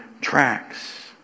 tracks